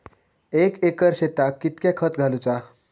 एक एकर शेताक कीतक्या खत घालूचा?